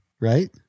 right